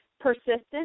persistent